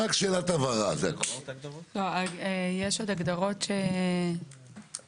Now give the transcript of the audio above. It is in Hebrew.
יש עוד הגדרות שאתה רוצה להתייחס אליהן?